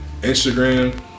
Instagram